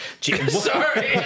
Sorry